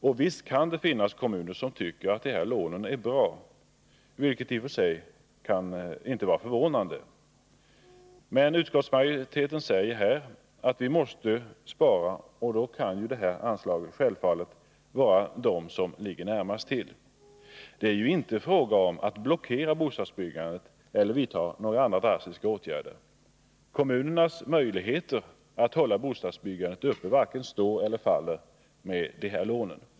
Och visst kan det finnas kommuner som tycker att lånen är bra, vilket i och för sig inte är förvånande, men utskottsmajoriteten säger att när vi nu måste spara, så är det här anslaget ett av dem som ligger närmast till. Det är ju inte fråga om att blockera bostadsbyggandet eller att vidta några andra drastiska åtgärder. Kommunernas möjligheter att hålla bostadsbyggandet uppe varken står eller faller med de här lånen.